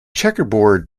checkerboard